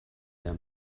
der